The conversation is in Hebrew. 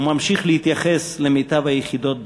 הוא ממשיך להתגייס למיטב היחידות בצה"ל.